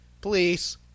Please